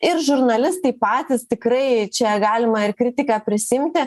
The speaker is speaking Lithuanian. ir žurnalistai patys tikrai čia galima ir kritiką prisiimti